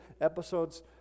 episodes